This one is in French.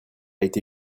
été